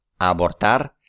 Abortar